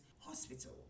hospital